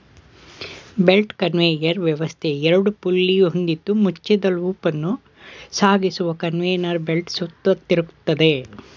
belt conveyor ವ್ಯವಸ್ಥೆ ಎರಡು pulley ಹೊಂದಿದ್ದು ಮುಚ್ಚಿದ ಲೂಪನ್ನು ಸಾಗಿಸುವ ಕನ್ವೇಯರ್ ಬೆಲ್ಟ್ ಸುತ್ತ ತಿರುಗ್ತದೆ